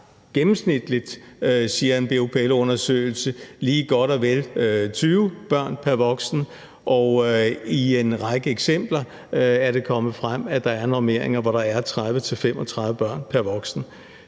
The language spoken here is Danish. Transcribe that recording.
gennemsnitligt, siger en BUPL-undersøgelse, lige godt og vel 20 børn pr. voksen, og i en række eksempler er det kommet frem, at der er normeringer, hvor der er 30-35 børn pr. voksen.